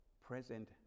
present